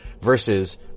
versus